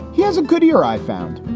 he has a good ear. i found